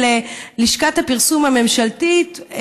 של לשכת הפרסום הממשלתית,